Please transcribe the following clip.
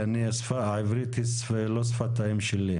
כי השפה העברית היא לא שפת האם שלי.